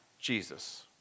Jesus